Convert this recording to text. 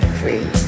free